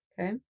Okay